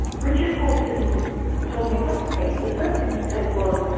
richard horton told me a couple of things. the first thing he said was,